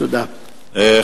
תודה רבה, אדוני היושב-ראש.